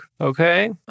okay